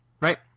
right